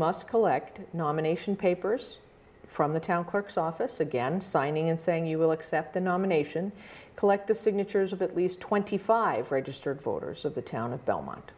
must collect nomination papers from the town clerk's office again signing and saying you will accept the nomination collect the signatures of at least twenty five registered voters of the town of belmont